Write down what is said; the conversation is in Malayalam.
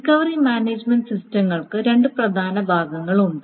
റിക്കവറി മാനേജുമെന്റ് സിസ്റ്റങ്ങൾക്ക് രണ്ട് പ്രധാന ഭാഗങ്ങളുണ്ട്